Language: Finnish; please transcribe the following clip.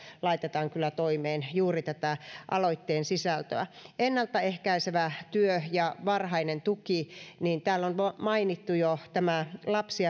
laitetaan kyllä toimeen juuri tätä aloitteen sisältöä ennaltaehkäisevä työ ja varhainen tuki täällä on mainittu jo tämä lapsi